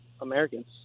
Americans